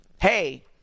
Hey